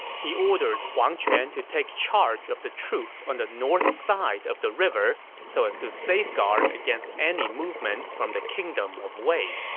he ordered huang quan to take charge of the troops on the north side of the river, so as to safeguard against any movement from the kingdom of wei.